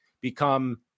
become